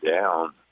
down